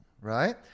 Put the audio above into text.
right